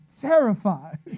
terrified